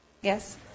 Yes